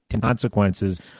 consequences